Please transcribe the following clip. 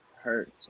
Hurts